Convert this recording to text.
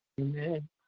Amen